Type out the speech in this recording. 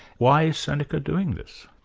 why is seneca doing this?